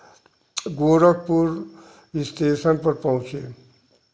Gorakhpur station तक पहुँचे